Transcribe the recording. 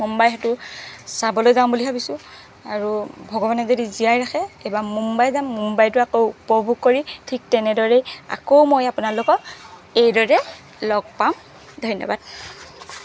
মুম্বাই হয়তো চাবলৈ যাম বুলি ভাবিছো আৰু ভগৱানে যদি জীয়াই ৰাখে এইবাৰ মুম্বাই যাম মুম্বাইতো আকৌ উপভোগ কৰি ঠিক তেনেদৰেই আকৌ মই আপোনালোকক এইদৰেই লগ পাম ধন্যবাদ